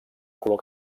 color